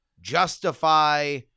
justify